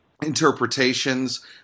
Interpretations